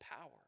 power